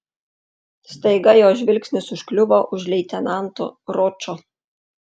staiga jos žvilgsnis užkliuvo už leitenanto ročo